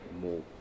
more